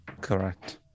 Correct